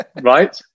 Right